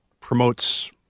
promotes